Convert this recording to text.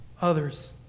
others